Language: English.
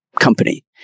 company